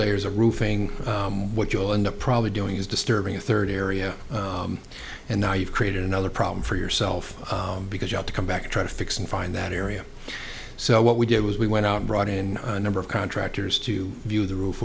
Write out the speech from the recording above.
layers of roofing what you'll end up probably doing is disturbing a third area and now you've created another problem for yourself because you have to come back and try to fix and find that area so what we did was we went out brought in a number of contractors to view the roof